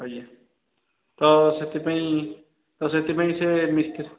ଆଜ୍ଞା ତ ସେଥିପାଇଁ ତ ସେଥିପାଇଁ ସେ ମିସ୍ତ୍ରୀ